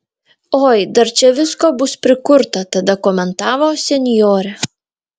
oi dar čia visko bus prikurta tada komentavo senjorė